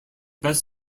best